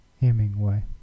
Hemingway